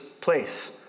place